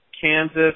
Kansas